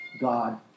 God